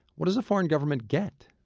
what does a foreign government get?